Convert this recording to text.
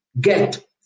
get